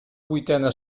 vuitena